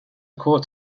court